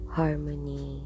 harmony